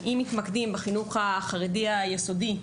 אם מתמקדים בחינוך החרדי היסודי,